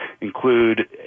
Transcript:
include